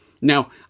Now